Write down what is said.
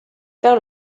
faire